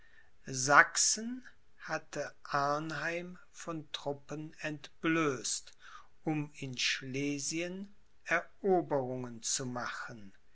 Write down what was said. sachsen hatte arnheim von truppen entblößt um in schlesien eroberungen zu machen